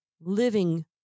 living